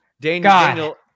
Daniel